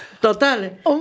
Total